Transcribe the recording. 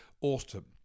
autumn